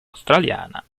australiana